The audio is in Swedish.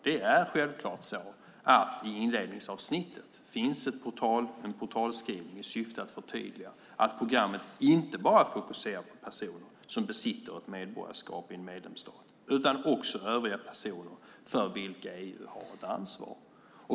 Det är självklart så att det i inledningsavsnittet finns en portalskrivning i syfte att förtydliga att programmet inte bara fokuserar på personer som besitter ett medborgarskap i ett medlemsland utan också övriga personer för vilka EU har ett ansvar.